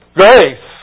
grace